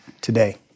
today